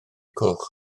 coch